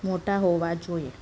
મોટાં હોવા જોઈએ